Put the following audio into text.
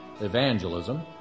evangelism